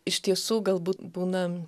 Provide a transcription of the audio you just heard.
iš tiesų galbūt būna